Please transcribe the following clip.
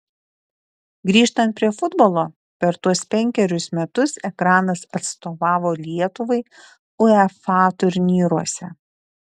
grįžtant prie futbolo per tuos penkerius metus ekranas atstovavo lietuvai uefa turnyruose